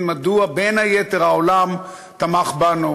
ובערכיה של מדינת ישראל ושל החברה